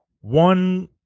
one